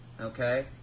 Okay